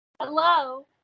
Hello